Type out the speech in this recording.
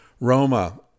roma